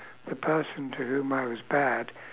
the person to whom I was bad